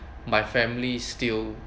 my familie's still